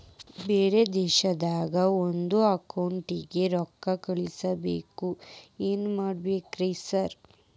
ಬ್ಯಾರೆ ದೇಶದಾಗ ಒಂದ್ ಅಕೌಂಟ್ ಗೆ ರೊಕ್ಕಾ ಕಳ್ಸ್ ಬೇಕು ಏನ್ ಮಾಡ್ಬೇಕ್ರಿ ಸರ್?